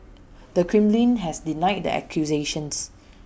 the Kremlin has denied the accusations